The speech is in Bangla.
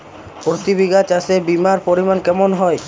প্রতি বিঘা চাষে বিমার পরিমান কেমন হয়?